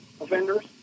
offenders